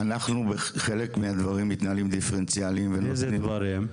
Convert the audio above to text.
אנחנו בחלק מהדברים מתנהלים דיפרנציאלי --- באיזה דברים?